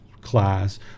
class